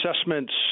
assessments